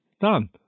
Done